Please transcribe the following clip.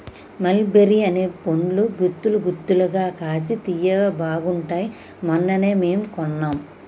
మల్ బెర్రీ అనే పండ్లు గుత్తులు గుత్తులుగా కాశి తియ్యగా బాగుంటాయ్ మొన్ననే మేము కొన్నాం